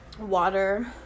water